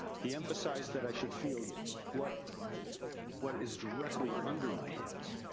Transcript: he emphasized that i should feel what what is directly under my hands.